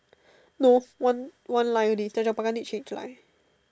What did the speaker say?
no one one line only tanjong-pagar need change line